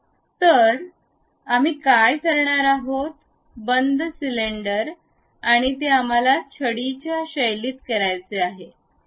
तर तर आम्ही काय करणार आहोत बंद सिलेंडर आणि ते आम्हाला छडीच्या शैलीत करायचे आहे